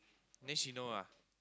then she know lah